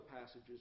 passages